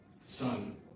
son